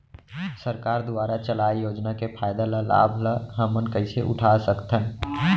सरकार दुवारा चलाये योजना के फायदा ल लाभ ल हमन कइसे उठा सकथन?